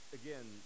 again